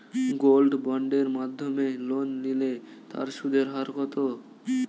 Gold বন্ডের মাধ্যমে loan নিলে তার সুদের হার কত?